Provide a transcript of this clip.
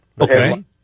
Okay